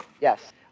Yes